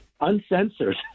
uncensored